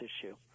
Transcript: issue